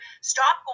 stop